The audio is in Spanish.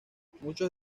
muchos